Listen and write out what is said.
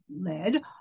led